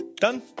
Done